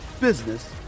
business